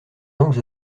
langues